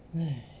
!haiya!